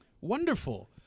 Wonderful